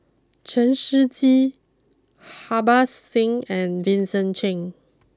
Chen Shiji Harbans Singh and Vincent Cheng